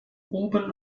oben